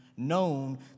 known